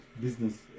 business